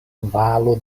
valo